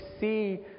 see